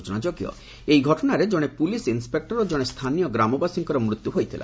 ସ୍ବଚନାଯୋଗ୍ୟ ଏହି ଘଟଣାରେ ଜଣେ ପୁଲିସ୍ ଇନ୍ପେକୁର ଓ ଜଣେ ସ୍ଥାନୀୟ ଗ୍ରାମବାସୀଙ୍କର ମୃତ୍ୟୁ ହୋଇଥିଲା